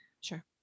sure